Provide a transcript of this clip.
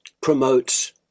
promotes